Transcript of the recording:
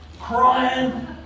crying